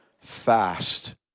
fast